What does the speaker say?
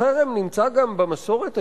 חרם נמצא גם במסורת היהודית.